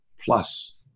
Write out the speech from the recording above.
Plus